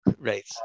Right